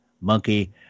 monkey